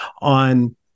on